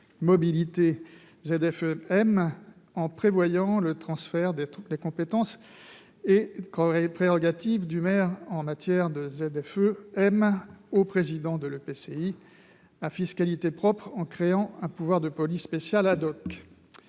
mobilité en prévoyant le transfert des compétences et prérogatives du maire en matière de ZFE-m au président de l'EPCI à fiscalité propre, grâce à la création d'un pouvoir de police spéciale.